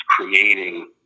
creating